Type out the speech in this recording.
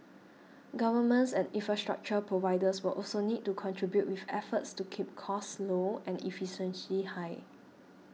governments and infrastructure providers will also need to contribute with efforts to keep costs low and efficiency high